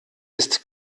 ist